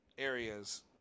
areas